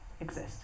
exist